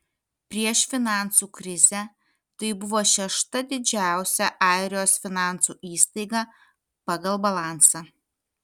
prieš finansų krizę tai buvo šešta didžiausia airijos finansų įstaiga pagal balansą